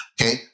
Okay